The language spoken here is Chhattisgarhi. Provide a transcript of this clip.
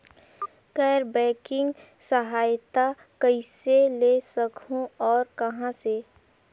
गैर बैंकिंग सहायता कइसे ले सकहुं और कहाँ से?